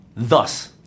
Thus